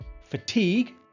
fatigue